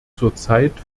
zurzeit